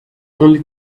only